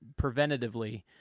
preventatively